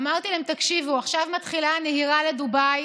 אמרתי להם: עכשיו מתחילה נהירה לדובאי,